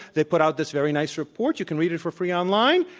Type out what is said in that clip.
they put out this very nice report. you can read it for free online.